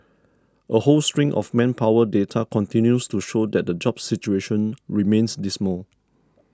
a whole string of manpower data continues to show that the jobs situation remains dismal